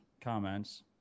comments